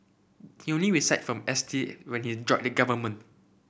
he only resigned from S T when he joined the government